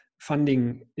funding